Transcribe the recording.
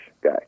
guy